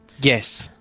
Yes